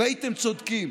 והייתם צודקים.